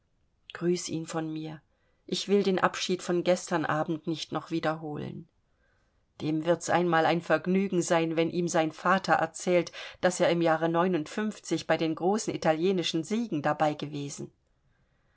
grüß ihn von mir ich will den abschied von gestern abend nicht noch wiederholen dem wird's einmal ein vergnügen sein wenn ihm sein vater erzählt daß er im jahre bei den großen italienischen siegen dabei gewesen